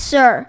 Sir